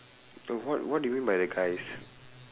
no what what do you mean by the guys